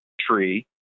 tree